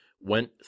went